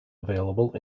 available